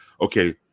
Okay